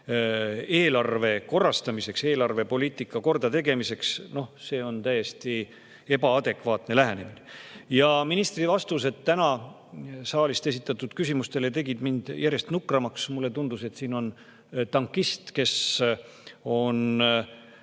eelarve korrastamiseks, eelarvepoliitika kordategemiseks – see on täiesti ebaadekvaatne lähenemine. Ministri vastused täna saalist esitatud küsimustele tegid mind järjest nukramaks. Mulle tundus, et siin on tankist, kes on